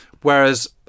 Whereas